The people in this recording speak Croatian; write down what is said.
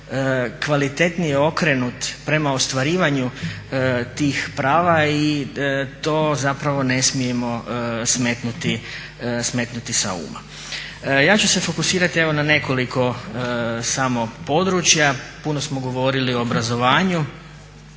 kvalitetnije okrenut prema ostvarivanju tih prava i to zapravo ne smijemo smetnuti sa uma. Ja ću se fokusirati evo na nekoliko samo područja, puno smo govorili o obrazovanju.